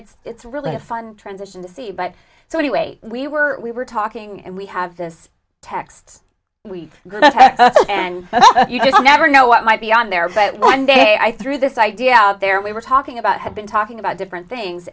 and it's really a fun transition to see but so anyway we were we were talking and we have this text we go and you just never know what might be on there but one day i threw this idea out there we were talking about had been talking about different things